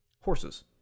Horses